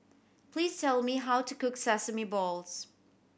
please tell me how to cook sesame balls